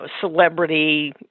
celebrity